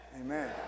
Amen